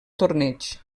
torneig